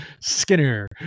Skinner